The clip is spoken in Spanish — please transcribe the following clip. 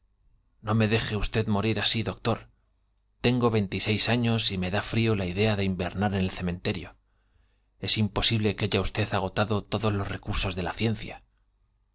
no me deje usted morir así doctor tengo vein tiséis años y me da frío la idea de invernar en el cementerio es imposible todos los recursos de la ciencia